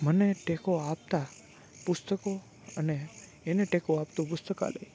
મને ટેકો આપતાં પુસ્તકો અને એને ટેકો આપતું પુસ્તકાલય